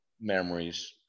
memories